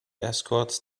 escorts